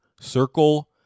circle